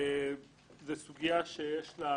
זו סוגיה שיש לה